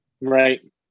Right